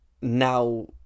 now